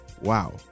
Wow